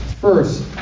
First